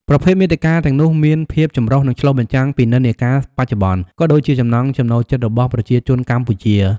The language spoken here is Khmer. ប្រភេទមាតិកាទាំងនោះមានភាពចម្រុះ និងឆ្លុះបញ្ចាំងពីនិន្នាការបច្ចុប្បន្ន ក៏ដូចជាចំណង់ចំណូលចិត្តរបស់ប្រជាជនកម្ពុជា។